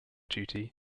duty